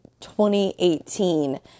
2018